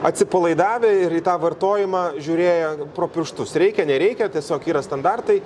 atsipalaidavę ir į tą vartojimą žiūrėjo pro pirštus reikia nereikia tiesiog yra standartai